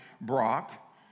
Brock